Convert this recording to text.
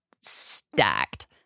stacked